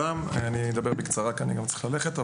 אדבר בקצרה כי אני צריך ללכת.